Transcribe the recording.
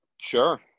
sure